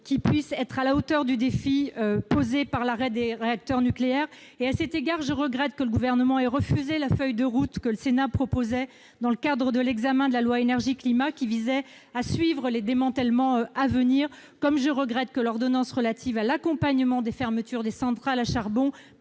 qui puisse être à la hauteur du défi que représente l'arrêt des réacteurs nucléaires. À cet égard, je regrette que le Gouvernement ait refusé la feuille de route que le Sénat proposait dans le cadre de l'examen de la loi Énergie-climat, qui visait à suivre les démantèlements à venir, comme je regrette que l'ordonnance relative à l'accompagnement de la fermeture des centrales à charbon